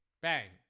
Bang